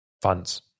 funds